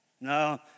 No